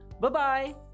Bye-bye